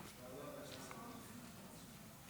חמש דקות לרשותך.